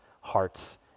hearts